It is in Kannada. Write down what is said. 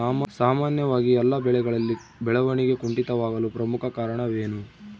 ಸಾಮಾನ್ಯವಾಗಿ ಎಲ್ಲ ಬೆಳೆಗಳಲ್ಲಿ ಬೆಳವಣಿಗೆ ಕುಂಠಿತವಾಗಲು ಪ್ರಮುಖ ಕಾರಣವೇನು?